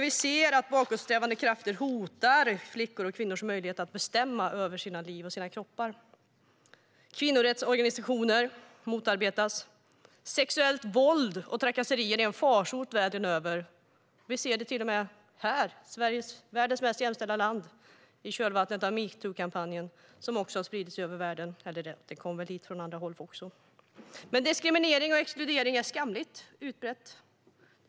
Vi ser att bakåtsträvande krafter hotar flickors och kvinnors möjligheter att bestämma över sina liv och kroppar. Kvinnorättsorganisationer motarbetas. Sexuellt våld och trakasserier är en farsot världen över. Vi ser det till och med här, i världens mest jämställda land, i kölvattnet av metoo-kampanjen som har spridit sig över världen, även om den väl också kom hit från andra håll. Diskriminering och exkludering är skamligt utbredda företeelser.